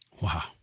Wow